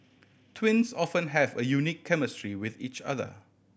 twins often have a unique chemistry with each other